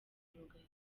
rugagi